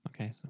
Okay